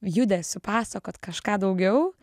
judesiu pasakot kažką daugiau